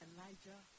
Elijah